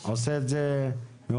שאתה תעשה את זה מאוחר?